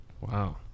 Wow